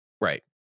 Right